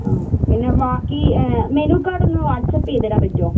ആ പിന്നെ ബാക്കി മെനു കാർഡ് ഒന്ന് വാട്ട്സ്ആപ് ചെയ്ത് തരാൻ പറ്റുമോ